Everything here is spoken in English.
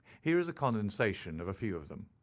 here is a condensation of a few of them